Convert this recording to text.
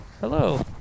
Hello